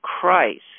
Christ